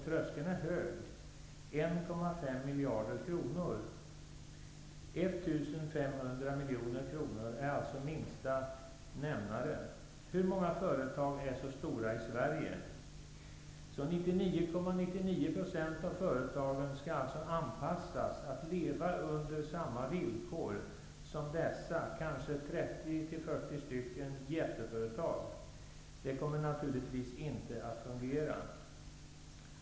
Tröskeln är hög, 1,5 miljarder kronor. 1 500 miljoner kronor är alltså minsta nämnare. Hur många företag i Sverige är så stora? 99,99 % av företagen skall alltså anpassas till att leva under samma villkor som dessa kanske 30-- 40 jätteföretag. Det kommer naturligtvis inte att fungera.